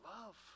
love